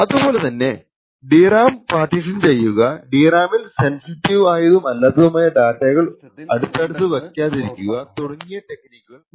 അതുപോലതന്നെ DRAM partition ചെയ്യുകDRAM ൽ സെൻസിറ്റീവ് ആയതും അല്ലാത്തതുമായ ഡാറ്റ കൾ അടുത്തടുത്ത് വാക്കാതിരിക്കുക തുടങ്ങിയ ടെക്നിക്കുകൾ ഓപ്പറേറ്റിംഗ് സിസ്റ്റത്തിൽ ഉണ്ടെന്നു ഉറപ്പാക്കുക